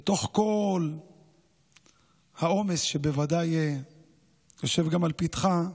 בתוך כל העומס שבוודאי יושב גם לפתחה,